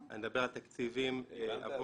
אני מדבר על תקציבים עבור